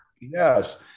yes